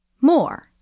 More